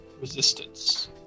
resistance